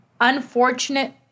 unfortunate